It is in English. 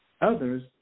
Others